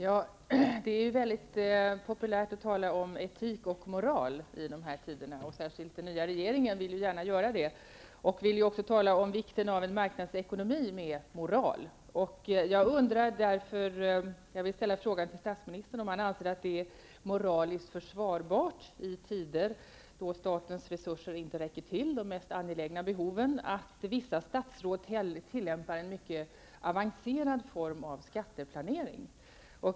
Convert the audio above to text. Fru talman! Det är mycket populärt att tala om etik och moral i dessa tider. Särskilt den nya regeringen vill gärna göra det. Man vill också tala om vikten av en marknadsekonomi med moral. Jag undrar därför, och jag vill ställa frågan till statsministern, om han anser att det är moraliskt försvarbart att vissa statsråd i tider då statens resurser inte räcker till de mest angelägna behoven tillämpar en mycket avancerad form av skatteplanering.